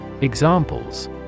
Examples